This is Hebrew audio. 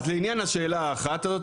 לעניין השאלה האחת הזו,